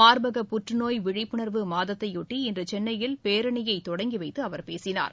மா்பக புற்றுநோய் விழிப்புணா்வு மாதத்தையொட்டி இன்று சென்னையில் பேரணியை தொடங்கி வைத்து அவர் பேசினார்